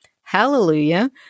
Hallelujah